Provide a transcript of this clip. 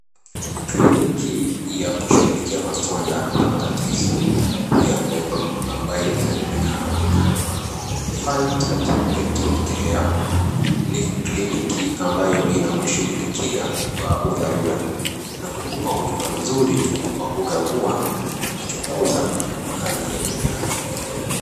Kliniki ya kushughulikia maswala na matatizo ya meno ambayo inajulikana kama Fine Touch Dental Care, ni kliniki ambayo inakushughulikia kwa udharura na kukupa huduma nzuri tu kwa kukagua na kuchunguza hali ya meno yako.